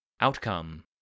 Outcome